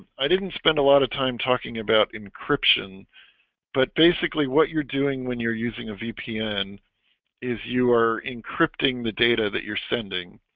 i didn't spend a lot of time talking about encryption but basically what you're doing when you're using a vpn is you are encrypting the data that you're sending